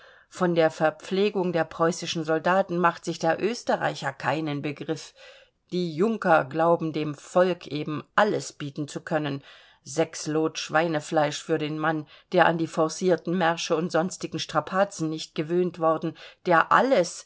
von der verpflegung der preußischen soldaten macht sich der österreicher keinen begriff die junker glauben dem volk eben alles bieten zu können sechs lot schweinefleisch für den mann der an die forcierten märsche und sonstigen strapazen nicht gewöhnt worden der alles